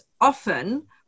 often